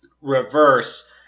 reverse